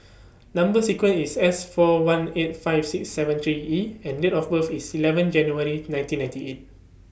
Number sequence IS S four one eight five six seven three E and Date of birth IS eleven January nineteen ninety eight